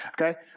okay